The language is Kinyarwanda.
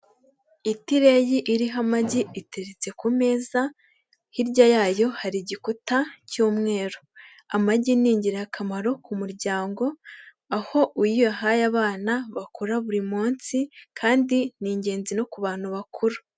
Itireyi iriho amagi iteretse ku meza, hirya yayo hari igikuta cy'umweru. Amagi ni ingirakamaro ku muryango, aho iyo uyahaye abana bakora buri munsi kandi ni ingenzi no ku bantu bakuru.